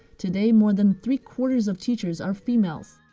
today, more than three quarters of teachers are females.